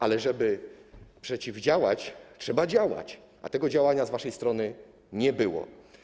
Ale żeby przeciwdziałać, trzeba działać, a tego działania z waszej strony nie było.